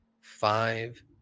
five